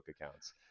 accounts